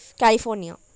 California